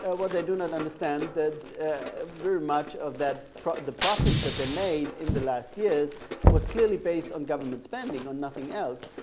ah well, they do not understand that very much of the profits that they made in the last years was clearly based on government spending, on nothing else.